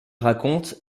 raconte